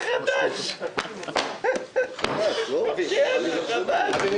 מרדכי יוגב (הבית היהודי, האיחוד